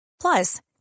Plus